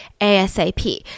ASAP